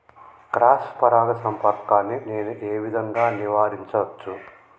Cross పరాగ సంపర్కాన్ని నేను ఏ విధంగా నివారించచ్చు?